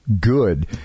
good